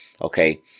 okay